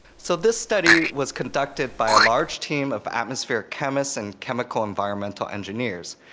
so this study was conducted by a large team of atmospheric chemists and chemical environmental engineers.